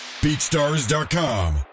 BeatStars.com